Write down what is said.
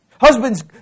Husbands